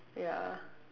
ya